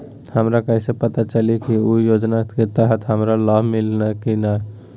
हमरा कैसे पता चली की उ योजना के तहत हमरा लाभ मिल्ले की न?